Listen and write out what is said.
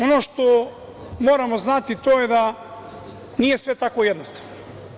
Ono što moramo znati, to je da nije sve tako jednostavno.